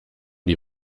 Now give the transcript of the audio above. die